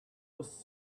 was